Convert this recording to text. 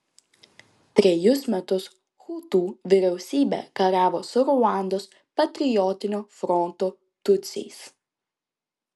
trejus metus hutų vyriausybė kariavo su ruandos patriotinio fronto tutsiais